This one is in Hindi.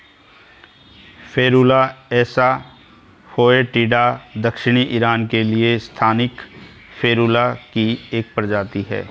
फेरुला एसा फोएटिडा दक्षिणी ईरान के लिए स्थानिक फेरुला की एक प्रजाति है